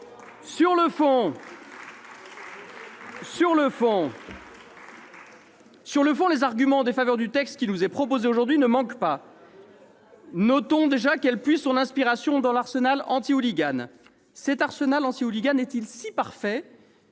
Sur le fond, les arguments en défaveur du texte qui nous est proposé aujourd'hui ne manquent pas. Notons, d'abord, que celui-ci puise son inspiration dans l'arsenal anti-hooligans. Cet arsenal est-il toutefois si parfait